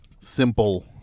simple